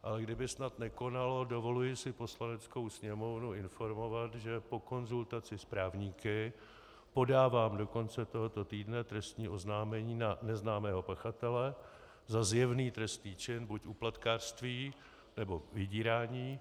Ale kdyby snad nekonalo, dovoluji si Poslaneckou sněmovnu informovat, že po konzultaci s právníky podávám do konce tohoto týdne trestní oznámení na neznámého pachatele za zjevný trestný čin buď úplatkářství, nebo vydírání.